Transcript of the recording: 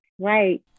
right